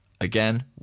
Again